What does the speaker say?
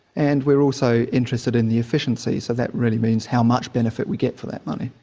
and we're also interested in the efficiency, so that really means how much benefit we get for that money.